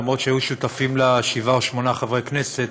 למרות העובדה שהיו שותפים לה שבעה או שמונה חברי כנסת,